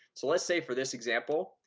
so let's say for this example,